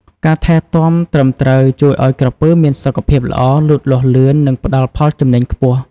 ការថែទាំត្រឹមត្រូវជួយឲ្យក្រពើមានសុខភាពល្អ លូតលាស់លឿន និងផ្តល់ផលចំណេញខ្ពស់។